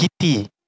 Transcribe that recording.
Kitty